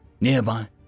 Nearby